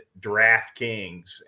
DraftKings